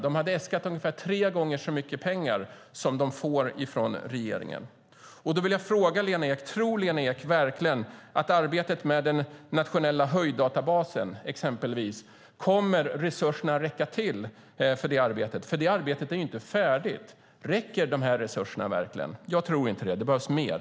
De hade äskat ungefär tre gånger så mycket pengar som de får från regeringen. Tror Lena Ek verkligen att resurserna kommer att räcka till för arbetet med exempelvis den nationella höjddatabasen? Det arbetet är inte färdigt. Räcker de här resurserna verkligen? Jag tror inte det. Det behövs mer.